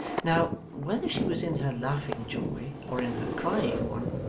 now, whether she was in her laughing joy, or in her crying one,